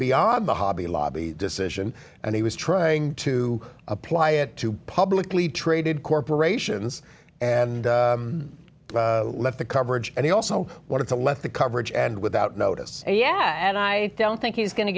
beyond the hobby lobby decision and he was trying to apply it to publicly traded corporations and let the coverage and they also wanted to let the coverage and without notice yeah and i don't think he's going to